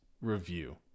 review